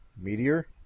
Meteor